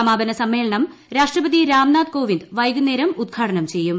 സമാപന സമ്മേളനം രാഷ്ട്രപതി രാംനാഥ് കോവിന്ദ് വൈകുന്നേരം ഉദ്ഘാടനം ചെയ്യും